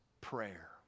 prayer